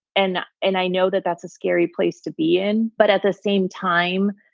and and i know that that's a scary place to be in. but at the same time.